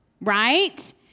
right